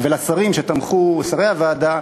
ולשרי הוועדה,